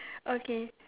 okay